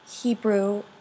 Hebrew